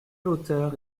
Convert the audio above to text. hauteur